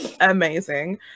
amazing